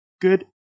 Good